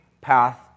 path